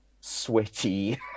sweaty